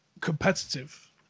competitive